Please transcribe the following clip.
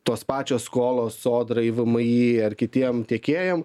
tos pačios skolos sodrai vmi ar kitiem tiekėjam